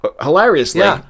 Hilariously